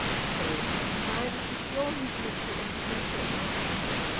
so he had decided to draw his picture in pencil outline,